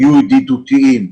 היו ידידותיים,